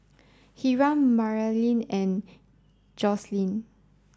Hiram Maralyn and Jocelynn